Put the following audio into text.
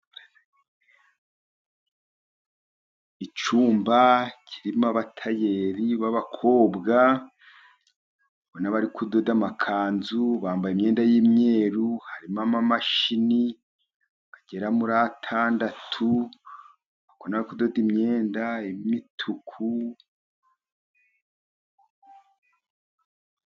Icyumba kirimo abatayeri b'abakobwa n'abari kudoda amakanzu, bambaye imyenda y'imyeru, harimo amamashini agera muri atandatu, ndabona bari kudoda imyenda y'imituku.